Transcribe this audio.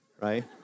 right